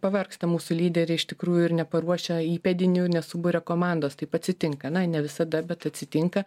pavargsta mūsų lyderiai iš tikrųjų ir neparuošia įpėdinių ne suburia komandos taip atsitinka ne visada bet atsitinka